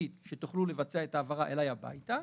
התשתית שיוכלו לבצע את ההעברה אליי הביתה,